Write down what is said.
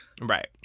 Right